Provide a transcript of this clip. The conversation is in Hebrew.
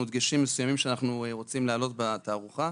דגשים מסוימים שאנחנו רוצים להעלות בתערוכה.